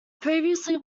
previously